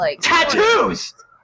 Tattoos